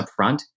upfront